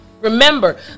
Remember